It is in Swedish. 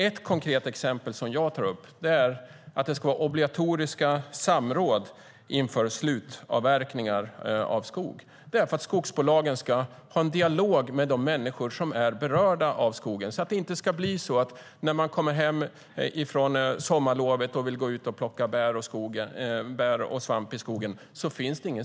Ett konkret exempel som jag tar upp är att det ska vara obligatoriska samråd inför slutavverkningar av skog, därför att skogsbolagen ska ha en dialog med de människor som berörs så att det inte blir så att det inte finns någon skog kvar när man kommer hem från sommarlovet och vill gå ut och plocka bär och svamp.